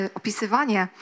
opisywanie